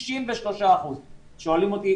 שואלים אותי,